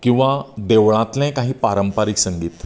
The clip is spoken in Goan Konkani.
किंवां देवळांतले काही पारंपारिक संगीत